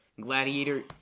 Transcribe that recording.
Gladiator